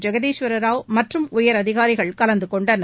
ஜெகதீஸ்வர ராவ் மற்றும் உயரதிகாரிகள் கலந்துகொண்டனர்